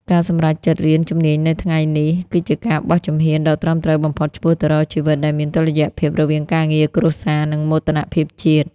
ការសម្រេចចិត្តរៀនជំនាញនៅថ្ងៃនេះ គឺជាការបោះជំហានដ៏ត្រឹមត្រូវបំផុតឆ្ពោះទៅរកជីវិតដែលមានតុល្យភាព រវាងការងារ គ្រួសារ និងមោទនភាពជាតិ។